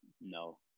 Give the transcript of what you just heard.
No